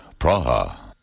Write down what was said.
Praha